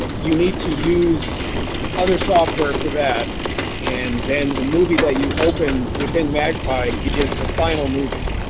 ah you need to use other software for that and then the movie that you open within magpie is the final movie.